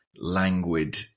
languid